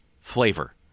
flavor